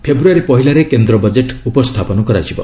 ଫେବୃୟାରୀ ପହିଲାରେ କେନ୍ଦ୍ର ବଜେଟ୍ ଉପସ୍ଥାପନ କରାଯିବ